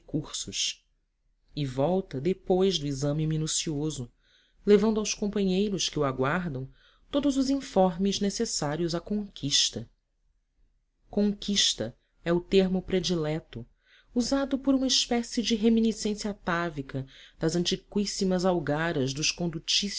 recursos e volta depois do exame minucioso levando aos companheiros que o aguardam todos os informes necessários à conquista conquista é o termo predileto usado por uma espécie de reminiscência atávica das antiquíssimas algaras dos